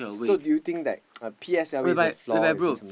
so do you think like P_S_L_E is a flaw